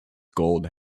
gold